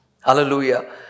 Hallelujah